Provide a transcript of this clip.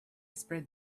spread